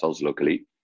locally